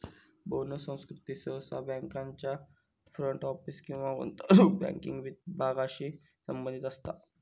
bonus संस्कृती सहसा बँकांच्या फ्रंट ऑफिस किंवा गुंतवणूक बँकिंग विभागांशी संबंधित असता